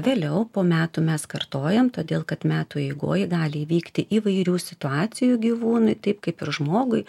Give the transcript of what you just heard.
vėliau po metų mes kartojam todėl kad metų eigoj gali įvykti įvairių situacijų gyvūnui taip kaip ir žmogui